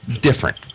different